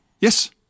Yes